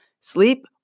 sleep